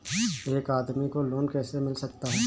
एक आदमी को लोन कैसे मिल सकता है?